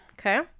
Okay